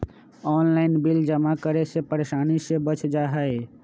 Online bill जमा करे से परेशानी से बच जाहई?